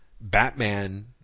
Batman